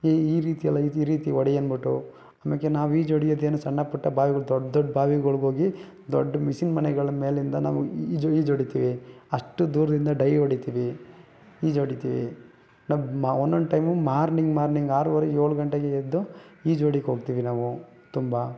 ಈ ಈ ರೀತಿಯೆಲ್ಲ ಈ ರೀತಿ ಹೊಡಿ ಅನ್ಬಿಟ್ಟು ಅಮೇಲೆ ನಾವು ಈಜು ಹೊಡಿಯೋದೇನು ಸಣ್ಣಪುಟ್ಟ ಬಾವಿಗಳು ದೊಡ್ಡ ದೊಡ್ಡ ಬಾವಿಗಳ್ಗೆ ಹೋಗಿ ದೊಡ್ಡ ಮಿಷೀನ್ ಮನೆಗಳ ಮೇಲಿಂದ ನಾವು ಈಜು ಈಜು ಹೊಡಿತೀವಿ ಅಷ್ಟು ದೂರದಿಂದ ಡೈ ಹೊಡಿತೀವಿ ಈಜು ಹೊಡಿತೀವಿ ನಮ್ಮ one one time morning morning ಆರೂವರೆ ಏಳು ಗಂಟೆಗೇ ಎದ್ದು ಈಜು ಹೊಡಿಯಕ್ಕೆ ಹೋಗ್ತೀವಿ ನಾವು ತುಂಬ